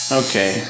okay